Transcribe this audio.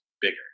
bigger